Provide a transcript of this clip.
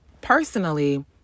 Personally